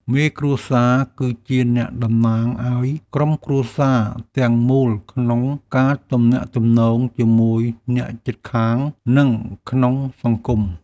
មេគ្រួសារ គឺជាអ្នកតំណាងឱ្យក្រុមគ្រួសារទាំងមូលក្នុងការទំនាក់ទំនងជាមួយអ្នកជិតខាង និងក្នុងសង្គម។